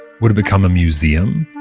would it become a museum?